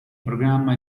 programma